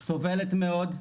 סובלת מאוד,